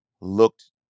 looked